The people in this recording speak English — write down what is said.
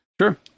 sure